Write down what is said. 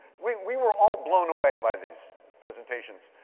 we we were all blown away by these presentations,